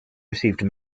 received